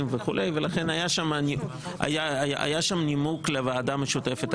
וכו' ולכן היה שם נימוק לוועדה המשותפת,